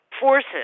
forces